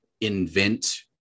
invent